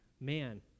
man